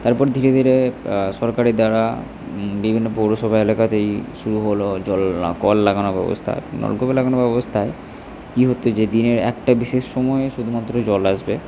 তার পর ধীরে ধীরে সরকারের দ্বারা বিভিন্ন পৌরসভা এলাকাতেই শুরু হল জল না কল লাগানোর ব্যবস্থা নলকূপ লাগানো ব্যবস্থায় কী হতো যে দিনের একটা বিশেষ সময়ে শুধুমাত্র জল আসবে